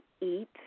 eat